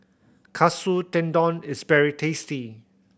Katsu Tendon is very tasty